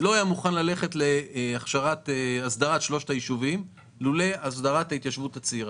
לא היה מוכן ללכת להכשרת שלושת היישובים ללא הכשרת ההתיישבות הצעירה.